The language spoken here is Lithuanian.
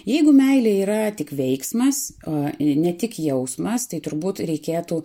jeigu meilė yra tik veiksmas o ne tik jausmas tai turbūt reikėtų